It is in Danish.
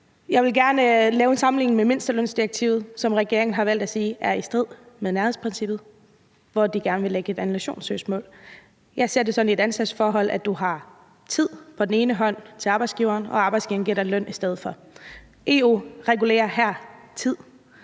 Jeg vil gerne lave en sammenligning med mindstelønsdirektivet, som regeringen har valgt at sige er i strid med nærhedsprincippet, og hvor de gerne vil anlægge et annullationssøgsmål. Jeg ser det sådan, at du i et ansættelsesforhold giver tid til arbejdsgiveren og arbejdsgiveren giver dig løn i stedet for. EU regulerer her tid.